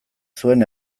zuen